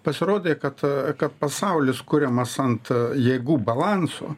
pasirodė kad kad pasaulis kuriamas ant jėgų balanso